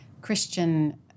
Christian